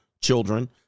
children